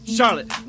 Charlotte